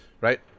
right